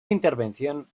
intervención